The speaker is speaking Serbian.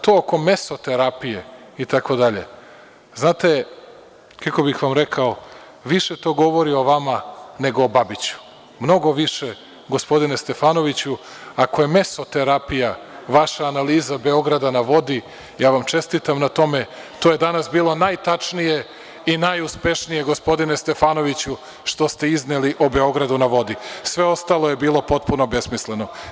To oko mezoterapije itd, znate, kako bih vam rekao, više to govori o vama, nego o Babiću, mnogo više gospodine Stefanoviću, ako je mezoterapija vaša analiza „Beograda na vodi“ ja vam čestitam na tome, to je danas bilo najtačnije i najuspešnije gospodine Stefanoviću što ste izneli o „Beogradu na vodi“, sve ostalo je bilo potpuno besmisleno.